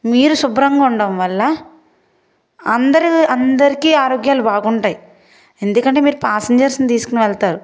మీరు శుభ్రంగా ఉండం వల్ల అందరూ అందరికీ ఆరోగ్యాలు బాగుంటాయి ఎందుకంటే మీరు ప్యాసెంజర్స్ని తీసుకుని వెళ్తారు